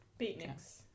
Beatniks